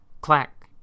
clack